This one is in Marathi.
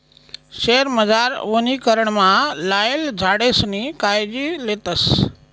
शयेरमझार वनीकरणमा लायेल झाडेसनी कायजी लेतस